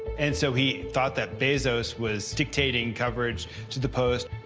and so he thought that bezos was dictating coverage to the post,